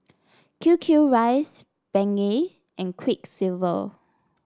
QQ rice Bengay and Quiksilver